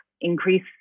increase